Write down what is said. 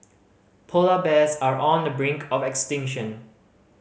polar bears are on the brink of extinction